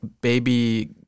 baby